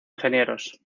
ingenieros